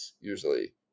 usually